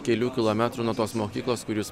kelių kilometrų nuo tos mokyklos kur jūs